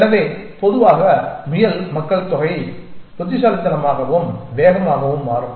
எனவே பொதுவாக முயல் மக்கள் தொகை புத்திசாலித்தனமாகவும் வேகமாகவும் மாறும்